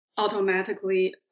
automatically